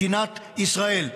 של מדינת ישראל.